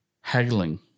haggling